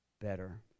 better